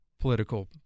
political